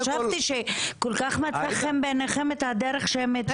חשבתי שכל כך מצא חן בעיניכם הדרך שהם התוו.